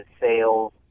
sales